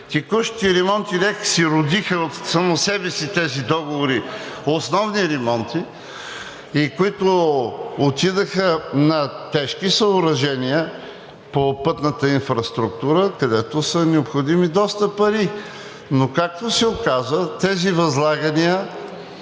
текущите ремонти някак си родиха от само себе си тези договори „основни ремонти“ и които отидоха на тежки съоръжения по пътната инфраструктура, където са необходими доста пари. Но както се оказа, тези възлагания,